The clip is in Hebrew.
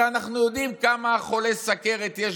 הרי אנחנו יודעים כמה חולי סוכרת יש